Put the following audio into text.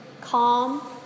calm